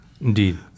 Indeed